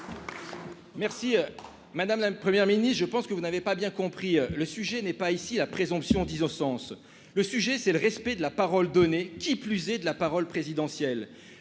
Merci madame la première mini, je pense que vous n'avez pas bien compris, le sujet n'est pas ici la présomption d'innocence, le sujet c'est le respect de la parole donnée, qui plus est de la parole présidentielle,